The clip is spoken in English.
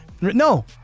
No